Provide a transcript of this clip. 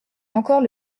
encore